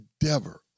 endeavor